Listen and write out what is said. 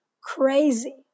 crazy